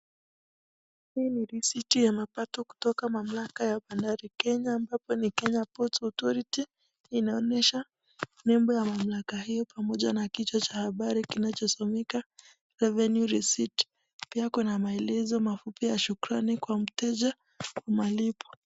Hii ni risiti ya mapato kutoka mamlaka ya bandari Kenya ambapo ni Kenya Ports Authority inaonyesha nembo ya mamlaka hiyo pamoja na kichwa cha habari kinachosomeka Revenue Receipt. Pia kuna maelezo mafupi ya shukrani kwa mteja ya malipo.